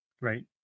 right